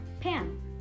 Pam